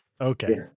Okay